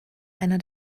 einer